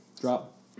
Drop